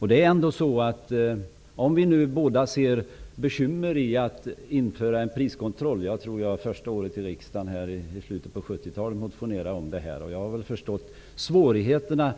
Vi ser båda bekymmer med att införa en priskontroll. Under mitt första år i riksdagen i slutet av 70-talet motionerade jag om detta, och jag har nu förstått svårigheterna.